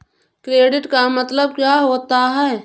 Credit का मतलब क्या होता है?